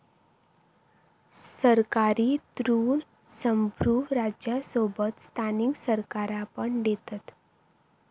सरकारी ऋण संप्रुभ राज्यांसोबत स्थानिक सरकारा पण देतत